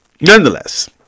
Nonetheless